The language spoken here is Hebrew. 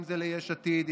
אם זה ליש עתיד,